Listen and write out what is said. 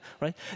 right